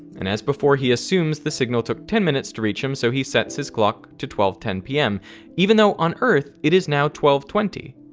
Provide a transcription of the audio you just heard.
and as before he assumes the signal took ten minutes to reach him, so he sets his clock to twelve ten pm even though on earth, it is now twelve twenty.